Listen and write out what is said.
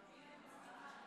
לסדר.